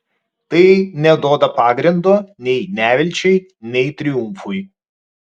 tai neduoda pagrindo nei nevilčiai nei triumfui